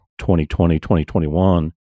2020-2021